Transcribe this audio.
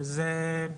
שזה,